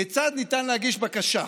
כיצד ניתן להגיש בקשה?